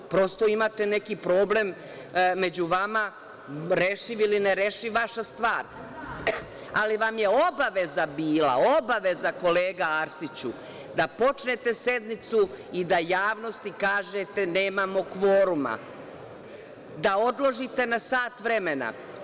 Prosto, imate neki problem među vama, rešiv ili nerešiv, vaša stvar, ali vam je obaveza bila, obaveza, kolega Arsiću, da počnete sednicu i da javnosti kažete - nemamo kvoruma, da odložite na sat vremena.